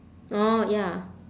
orh ya